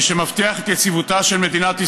מי שמבטיח את יציבותה של מדינת ישראל,